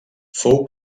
fou